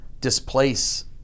displace